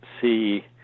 see